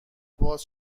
باز